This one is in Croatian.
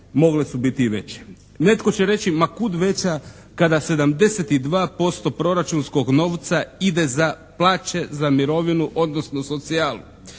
mogle su biti i veće. Netko će reći ma kud veća kada 72% proračunskog novca ide za plaće, za mirovinu, odnosno socijalu.